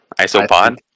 Isopod